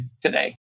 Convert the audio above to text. today